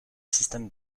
système